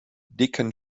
dicken